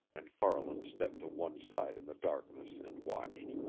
and farland stepped to one side in the darkness and watched.